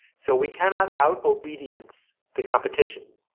so we cannot out-obedience the competition.